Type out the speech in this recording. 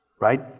right